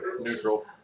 Neutral